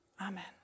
Amen